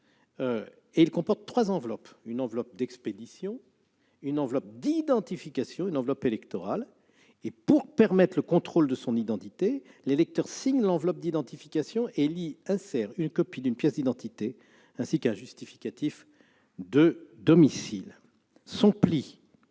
Il comporte trois enveloppes : une enveloppe d'expédition, une enveloppe d'identification et une enveloppe électorale. Pour permettre le contrôle de son identité- c'est la deuxième garantie -, l'électeur signe l'enveloppe d'identification et y insère une copie d'une pièce d'identité, ainsi qu'un justificatif de domicile. Son pli